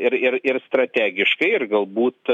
ir ir ir strategiškai ir galbūt